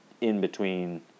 in-between